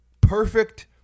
Perfect